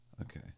Okay